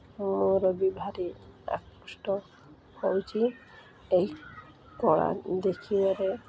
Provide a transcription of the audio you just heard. ମୋର ବି ଭାରି ଆକୃଷ୍ଟ ହେଉଛି ଏହି କଳା ଦେଖିବାରେ